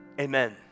amen